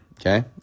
okay